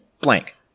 blank